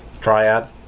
triad